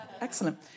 Excellent